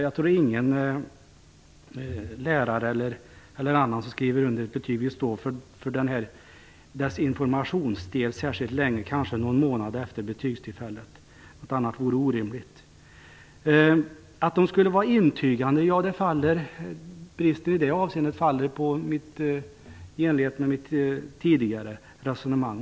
Jag tror inte att någon lärare eller annan som skriver under ett betyg vill stå för dess informationsdel särskilt länge, kanske någon månad efter betygstillfället. Något annat vore orimligt. Att de skulle vara intygande faller ju i enlighet med mitt tidigare resonemang.